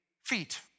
feet